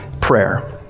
prayer